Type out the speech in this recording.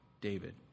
David